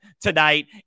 tonight